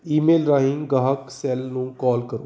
email ਰਾਹੀਂ ਗਾਹਕ cell ਨੂੰ ਕੌਲ ਕਰੋ